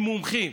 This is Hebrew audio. ועם מומחים.